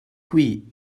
qui